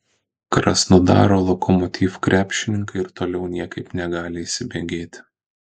krasnodaro lokomotiv krepšininkai ir toliau niekaip negali įsibėgėti